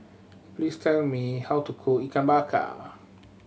please tell me how to cook Ikan Bakar